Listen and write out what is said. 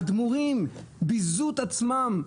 אדמו"רים ביזו את עצמם,